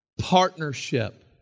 partnership